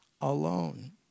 alone